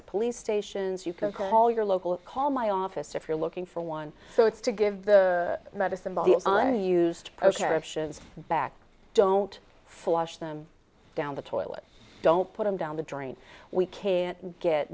of police stations you can call your local call my office if you're looking for one so it's to give the medicine ball on a used back don't flush them down the toilet don't put them down the drain we can't get